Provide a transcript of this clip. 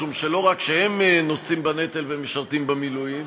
משום שלא רק שהם נושאים בנטל ומשרתים במילואים,